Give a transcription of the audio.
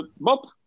Bob